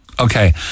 Okay